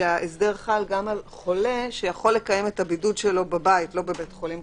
שההסדר חל גם על חולה שיכול לקיים את הבידוד שלו בבית לא בבית חולים,